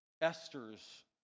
Esther's